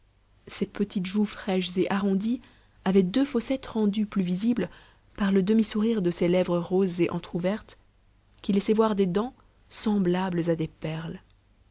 ses petites joues fraîches et arrondies avaient deux fossettes rendues plus visibles par le demi-sourire de ses lèvres roses et entr'ouvertes qui laissaient voir des dents semblables à des perles